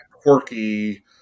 quirky